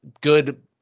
Good